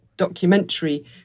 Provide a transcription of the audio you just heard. Documentary